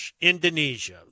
Indonesia